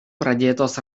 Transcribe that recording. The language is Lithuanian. pradėtos